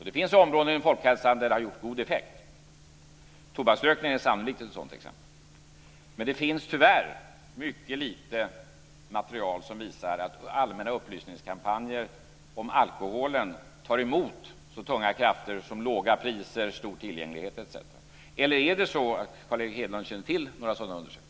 Det finns områden inom folkhälsan där upplysning har haft god effekt. Tobaksrökning är sannolikt ett sådant exempel. Men det finns, tyvärr, mycket lite material som visar att allmänna upplysningskampanjer om alkohol går emot så tunga krafter som låga priser, stor tillgänglighet osv. Eller känner Carl Erik Hedlund till några sådana undersökningar?